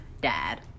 Dad